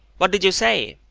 what did you say?